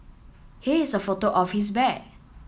here is a photo of his bag